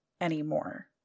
anymore